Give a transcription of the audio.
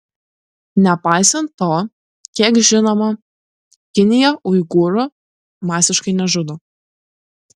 nepaisant to kiek žinoma kinija uigūrų masiškai nežudo